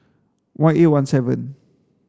one eight one seven